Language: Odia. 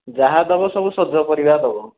ଯାହା ଦେବ ସବୁ ସଜ ପରିବା ଦେବ